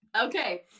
Okay